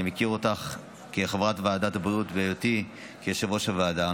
אני מכיר אותך כחברת ועדת הבריאות בהיותי יושב-ראש הוועדה.